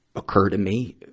occur to me,